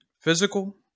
physical